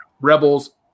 rebels